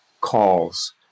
calls